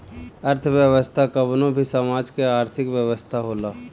अर्थव्यवस्था कवनो भी समाज के आर्थिक व्यवस्था होला